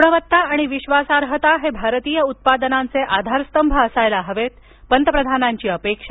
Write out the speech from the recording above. गुणवत्ता आणि विश्वासार्हता हे भारतीय उत्पादनांचे आधारस्तंभ असायला हवेत पंतप्रधानांची अपेक्षा